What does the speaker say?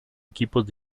equipos